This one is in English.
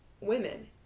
women